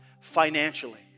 financially